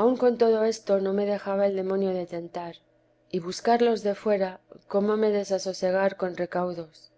aun con todo esto no me dejaba el demonio de tentar y buscar los de fuera cómo me desasosegar con recaudos